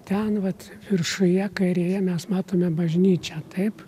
ten vat viršuje kairėje mes matome bažnyčią taip